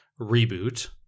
reboot